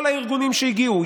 כל הארגונים שהגיעו,